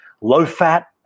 low-fat